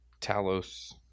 Talos